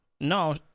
No